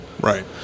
Right